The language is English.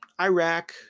Iraq